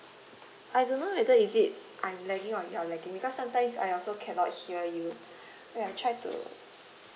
I don't know whether is it I'm lagging or you're lagging because sometimes I also cannot hear you wait I try to